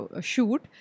shoot